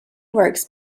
works